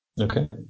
Okay